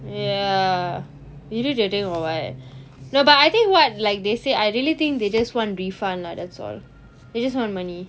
ya irritating or [what] no but I think what like they say I really think they just want refund lah that's all they just want money